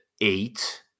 eight